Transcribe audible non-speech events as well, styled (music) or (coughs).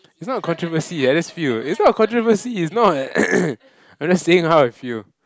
it's not a controversy I just feel it's not a controversy it's not (coughs) I'm just saying how I feel